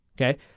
Okay